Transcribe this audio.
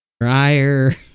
dryer